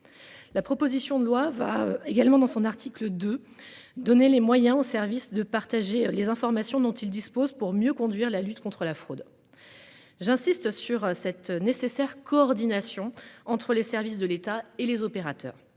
La proposition de loi va également dans son article de donner les moyens au de partager les informations dont il dispose pour mieux conduire la lutte contre la fraude. J'insiste sur cette nécessaire coordination entre les services de l'État et les opérateurs.